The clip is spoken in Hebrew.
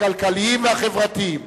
הכלכליים והחברתיים".